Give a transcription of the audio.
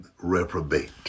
reprobate